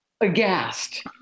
aghast